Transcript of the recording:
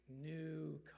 new